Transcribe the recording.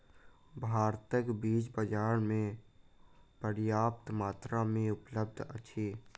भारतक बीज बाजार में पर्याप्त मात्रा में उपलब्ध अछि